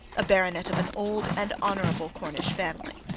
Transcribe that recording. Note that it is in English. a baronet of an old and honourable cornish family.